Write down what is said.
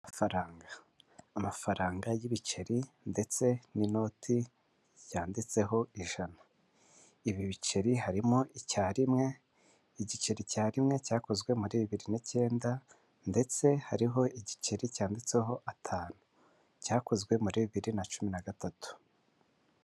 Amafaranga y'ibiceri ndetse n'inoti yanditseho ijana. Ibi biceri harimo icya rimwe, igiceri cya rimwe cyakozwe muri bibiri n'icyenda ndetse hariho igiceri cyanditseho atanu cyakozwe muri bibiri na cumi na gatatu.